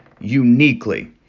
uniquely